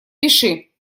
пиши